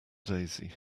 daisy